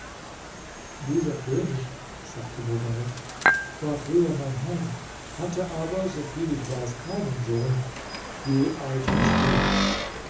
dieser könig sagte mobarek war früher mein herr hatte aber so viel ich weiß keinen sohn wie alt bist du